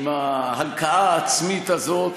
עם ההלקאה העצמית הזאת,